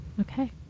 Okay